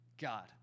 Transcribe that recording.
God